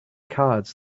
cards